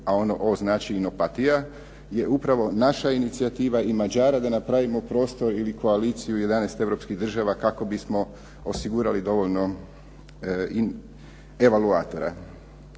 a ono O znači in Opatija je upravo naša inicijativa i Mađara da napravimo prostor ili koaliciju 11 europskih država kako bismo osigurali dovoljno evaluatora.